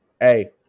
Hey